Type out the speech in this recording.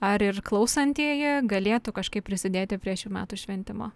ar ir klausantieji galėtų kažkaip prisidėti prie šių metų šventimo